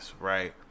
right